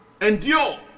Endure